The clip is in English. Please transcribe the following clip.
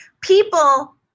People